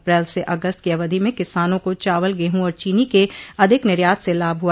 अप्रैल से अगस्त की अवधि में किसानों को चावल गेहूं और चीनी के अधिक निर्यात से लाभ हुआ